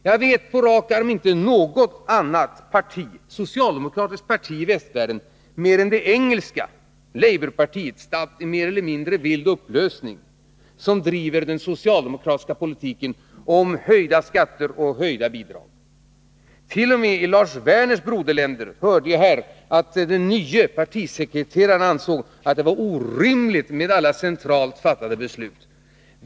Jag vet på rak arm inte något annat socialdemokratiskt parti i västvärlden mer än labourpartiet i England, mer eller mindre statt i vild upplösning, som driver den socialdemokratiska politiken om höjda skatter och höjda bidrag. T. o. m. i Lars Werners broderland hörde vi att den nye partisekreteraren ansåg att det var orimligt med alla centralt fattade beslut.